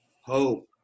hope